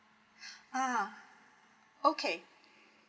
ah okay